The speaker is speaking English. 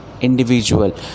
individual